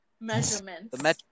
measurements